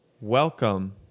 welcome